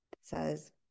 says